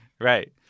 Right